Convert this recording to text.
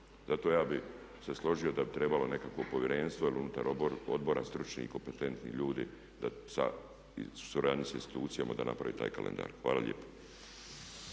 Zato ja bih se složio da bi trebalo nekakvo povjerenstvo ili unutar odbora stručni i kompetentni ljudi u suradnji sa institucijama da napravi taj kalendar. Hvala lijepo.